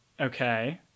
Okay